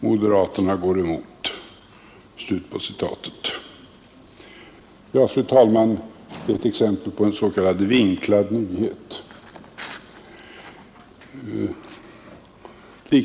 Moderaterna går emot.” Detta är, fru talman, ett exempel på en s.k. vinklad nyhet.